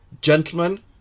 Gentlemen